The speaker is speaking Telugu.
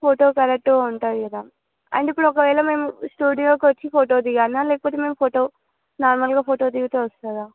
ఫోటో కరెక్ట్ ఉంటుంది కదా అండ్ ఇప్పుడు ఒకవేళ మేము స్టూడియోకి వచ్చి ఫోటో దిగాలా లేకపోతే మేము ఫోటో నార్మల్గా ఫోటో దిగితే వస్తుందా